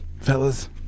fellas